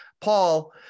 Paul